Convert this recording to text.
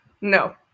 No